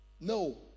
No